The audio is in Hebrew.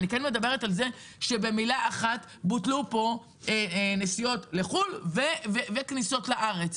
אלא שבמילה אחת בוטלו נסיעות לחו"ל וכניסות לארץ,